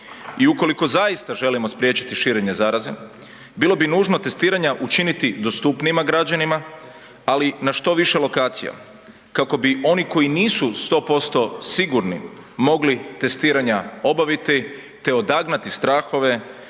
I ukoliko zaista želimo spriječiti širenje zaraze, bilo bi nužno testiranja učiniti dostupnijima građanima, ali na što više lokacija kako bi oni koji nisu 100% sigurni mogli testiranja obaviti te odagnati strahove